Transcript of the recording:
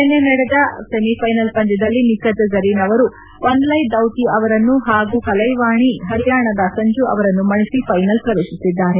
ನಿನ್ನೆ ನಡೆದ ಸೆಮಿಫೈನಲ್ ಪಂದ್ಯದಲ್ಲಿ ನಿಖತ್ ಜರೀನ್ ಅವರು ವನಲೈ ದೌತಿ ಅವರನ್ನು ಪಾಗೂ ಕಲೈವಾಣಿ ಪರಿಯಾಣದ ಸಂಜು ಅವರನ್ನು ಮಣಿಸಿ ಫೈನಲ್ ಪ್ರವೇಶಿದ್ದಾರೆ